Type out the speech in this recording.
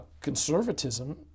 Conservatism